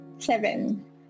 Seven